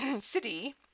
city